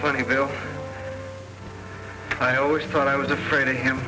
funny bill i always thought i was afraid of him